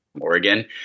Oregon